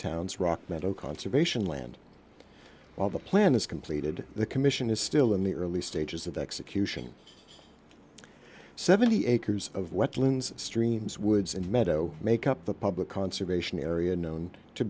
town's rock metal conservation land while the plan is completed the commission is still in the early stages of executions seventy acres of wet loons streams woods and meadow make up the public conservation area known to